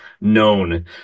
known